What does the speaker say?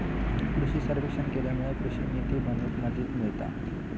कृषि सर्वेक्षण केल्यामुळे कृषि निती बनवूक मदत मिळता